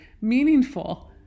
meaningful